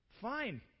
fine